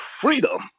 freedom